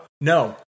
no